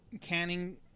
Canning